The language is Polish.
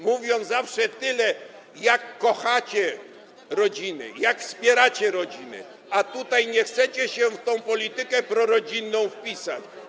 Mówicie zawsze tyle o tym, jak kochacie rodziny, jak wspieracie rodziny, a tutaj nie chcecie się w tę politykę prorodzinną wpisać.